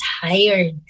tired